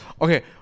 Okay